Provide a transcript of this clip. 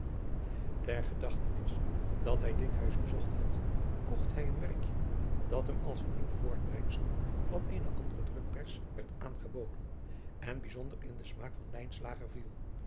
ter gedachtenis dat hij dit huis bezocht had kocht hij een werkje dat hem als een nieuw voortbrengsel van eene andere drukpers werd aangeboden en bijzonder in den smaak van lijnslager viel